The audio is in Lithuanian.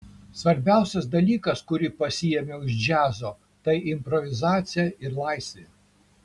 svarbiausias dalykas kurį pasiėmiau iš džiazo tai improvizacija ir laisvė